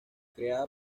creada